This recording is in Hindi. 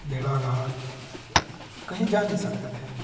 भेड़ाघाट कहीं जा नहीं सकते थे